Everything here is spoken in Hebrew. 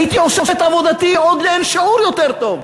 הייתי עושה את עבודתי עוד לאין שיעור יותר טוב.